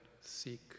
seek